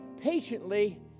patiently